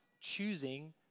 choosing